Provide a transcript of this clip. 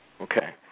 Okay